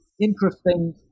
interesting